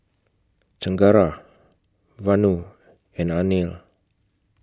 Chengara Vanu and Anil